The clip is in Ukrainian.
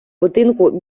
будинку